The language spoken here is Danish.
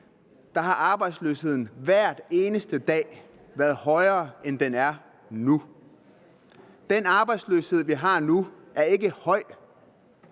2006 har arbejdsløsheden hver eneste dag været højere, end den er nu. Den arbejdsløshed, vi har nu, er ikke høj,